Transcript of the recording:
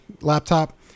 laptop